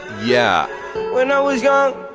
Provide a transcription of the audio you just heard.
yeah when i was young,